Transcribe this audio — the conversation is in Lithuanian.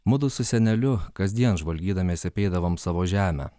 mudu su seneliu kasdien žvalgydamiesi apeidavom savo žemę